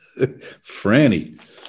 Franny